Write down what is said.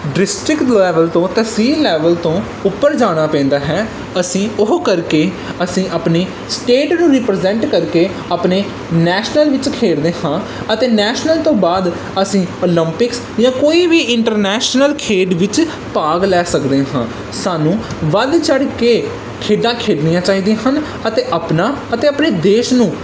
district level ਤੋਂ ਤਹਿਸੀਲ level ਤੋਂ ਉੱਪਰ ਜਾਣਾ ਪੈਂਦਾ ਹੈ ਅਸੀਂ ਉਹ ਕਰਕੇ ਅਸੀਂ ਆਪਣੇ ਸਟੇਟ ਨੂੰ ਰੀਪ੍ਰਜੈਂਟ ਕਰਕੇ ਆਪਣੇ ਨੈਸ਼ਨਲ ਵਿੱਚ ਖੇਡਦੇ ਹਾਂ ਅਤੇ ਨੈਸ਼ਨਲ ਤੋਂ ਬਾਅਦ ਅਸੀਂ ਓਲੰਪਿਕਸ ਜਾਂ ਕੋਈ ਵੀ ਇੰਟਰਨੈਸ਼ਨਲ ਖੇਡ ਵਿੱਚ ਭਾਗ ਲੈ ਸਕਦੇ ਹਾਂ ਸਾਨੂੰ ਵੱਧ ਚੜ੍ਹ ਕੇ ਖੇਡਾਂ ਖੇਡਣੀਆਂ ਚਾਹੀਦੀਆਂ ਹਨ ਅਤੇ ਆਪਣਾ ਅਤੇ ਆਪਣੇ ਦੇਸ਼ ਨੂੰ